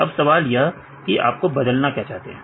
अब सवाल यह कि आप क्या बदलना चाहते हैं